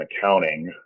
accounting